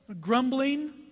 grumbling